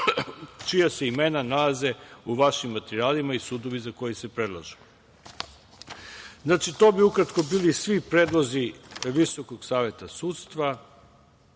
čija se imena nalaze u vašim materijalima i sudovi za koje se prelažu. To bi ukratko bili svi predlozi Visokog saveta sudstva.